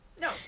no